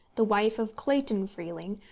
the wife of clayton freeling,